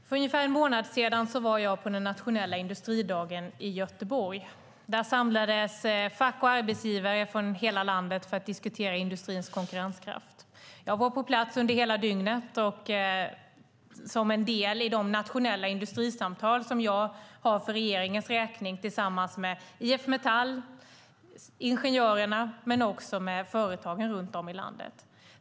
Fru talman! För ungefär en månad sedan var jag på den nationella industridagen i Göteborg. Där samlades fack och arbetsgivare från hela landet för att diskutera industrins konkurrenskraft. Jag var på plats hela dygnet, som en del i de nationella industrisamtal som jag för regeringens räkning har tillsammans med IF Metall och Sveriges Ingenjörer men också med företagen runt om i landet.